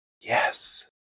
Yes